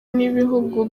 n’ibihugu